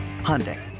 Hyundai